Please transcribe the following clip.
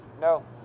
No